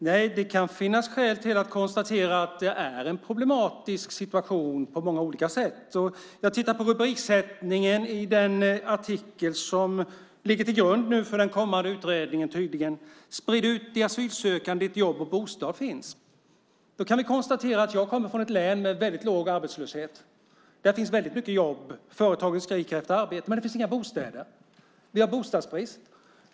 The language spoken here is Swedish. Fru talman! Det kan finnas skäl att konstatera att det är en problematisk situation på många olika sätt. Jag tittar på rubriksättningen i den artikel som tydligen ligger till grund för den kommande utredningen: Sprid ut de asylsökande dit där jobb och bostad finns. Jag kommer från ett län med väldigt låg arbetslöshet. Där finns väldigt mycket jobb. Företagen skriker efter arbete. Men det finns inga bostäder. Vi har bostadsbrist.